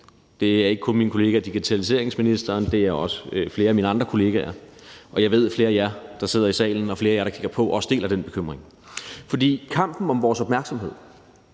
det er ikke kun min kollega digitaliseringsministeren, men det er flere af mine andre kollegaer også, og jeg ved, at flere af jer, der sidder i salen, og flere af jer, der kigger på, også deler den bekymring. For kampen om vores opmærksomhed